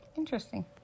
Interesting